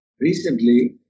Recently